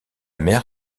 mer